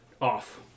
off